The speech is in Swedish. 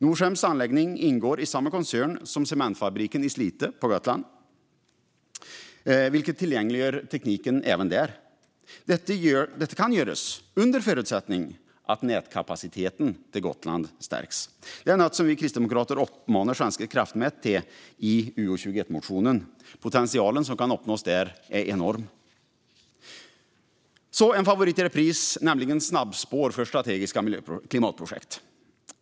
Norcems anläggning ingår i samma koncern som cementfabriken i Slite på Gotland, vilket tillgängliggör tekniken även där. Detta kan göras under förutsättning att nätkapaciteten till Gotland stärks. Det är något som vi kristdemokrater uppmanar Svenska kraftnät till i motionen om utgiftsområde 21. Potentialen som kan uppnås där är enorm. Så en favorit i repris, nämligen snabbspår för strategiska klimatprojekt.